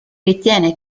ritiene